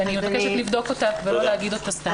שאני מבקשת לבדוק אותה ולא להגיד אותה סתם.